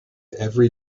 every